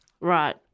Right